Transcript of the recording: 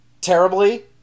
terribly